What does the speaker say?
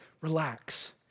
relax